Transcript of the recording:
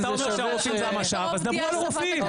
אתה אומר שהרופאים זה המשאב אז דברו על הרופאים.